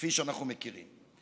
כפי שאנחנו מכירים.